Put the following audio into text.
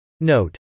Note